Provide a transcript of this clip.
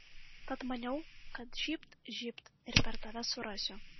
tad maniau kad žybt žybt ir per tave surasiu